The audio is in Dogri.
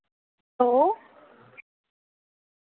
ओ